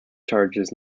charges